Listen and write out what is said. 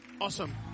Awesome